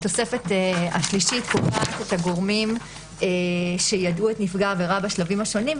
התוספת השלישית קובעת את הגורמים שיידעו את נפגע העבירה בשלבים השונים,